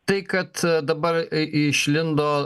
tai kad dabar išlindo